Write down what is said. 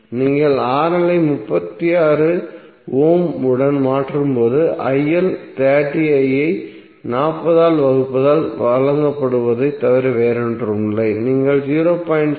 நீங்கள் ஐ 36 ஓம் உடன் மாற்றும்போது 30 ஐ 40 மதிப்பால் வகுக்கப்படுவதைத் தவிர வேறொன்றுமில்லை நீங்கள் 0